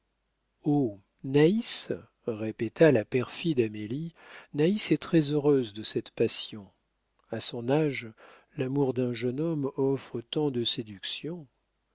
naïs répéta la perfide amélie naïs est très-heureuse de cette passion a son âge l'amour d'un jeune homme offre tant de séductions